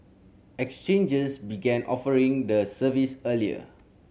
exchanges began offering the service earlier